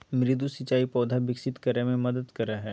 मृदु सिंचाई पौधा विकसित करय मे मदद करय हइ